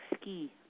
ski